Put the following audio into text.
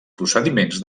procediments